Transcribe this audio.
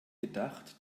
gedacht